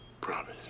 Promise